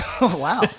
Wow